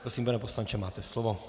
Prosím, pane poslanče, máte slovo.